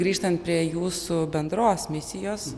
grįžtant prie jūsų bendros misijos